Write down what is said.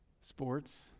sports